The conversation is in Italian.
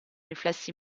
riflessi